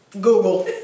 Google